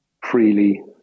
freely